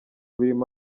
birimo